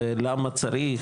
ולמה צריך,